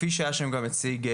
כפי שהאשם גם הציג,